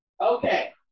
Okay